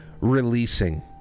releasing